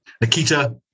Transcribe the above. Nikita